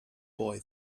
boy